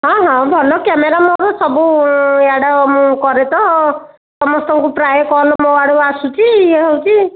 ହଁ ହଁ ଭଲ କ୍ୟାମେରା ମୋର ସବୁ ଇଆଡ଼ ମୁଁ କରେ ତ ସମସ୍ତଙ୍କୁ ପ୍ରାଏ କଲ୍ ମୋ ଆଡ଼ୁ ଆସୁଛି ଇଏ ହେଉଛି